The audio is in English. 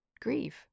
grieve